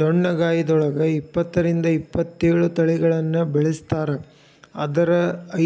ಡೊಣ್ಣಗಾಯಿದೊಳಗ ಇಪ್ಪತ್ತರಿಂದ ಇಪ್ಪತ್ತೇಳು ತಳಿಗಳನ್ನ ಬೆಳಿಸ್ತಾರ ಆದರ